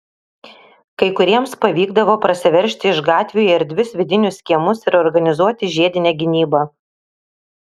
kai kuriems pavykdavo prasiveržti iš gatvių į erdvius vidinius kiemus ir organizuoti žiedinę gynybą